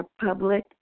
public